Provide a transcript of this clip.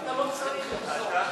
אתה לא צריך את זה.